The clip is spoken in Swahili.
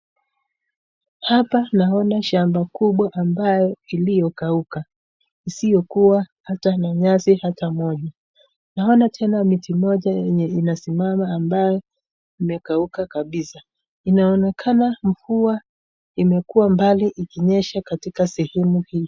Hapa naona shamba kubwa ambayo iliokauka, isiyokuwa ata na nyasi hata moja. Naona tena mti moja yenye inasimama ambao imekauka kabisa. Inaonekana mvua imekuwa mbali ikinyesha katika sehemu hii.